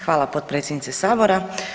Hvala potpredsjednice sabora.